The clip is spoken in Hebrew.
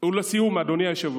ולסיום, אדוני היושב-ראש,